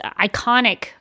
iconic